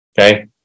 okay